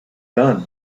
done